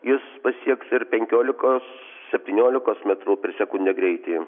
jis pasieks ir penkiolikos septyniolikos metrų per sekundę greitį